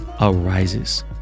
arises